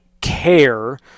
care